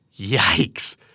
Yikes